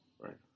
Right